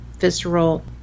visceral